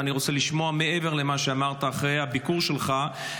ואני רוצה לשמוע מעבר למה שאמרת אחרי הביקור שלך,